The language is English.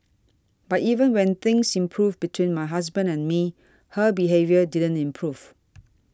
but even when things improved between my husband and me her behaviour didn't improve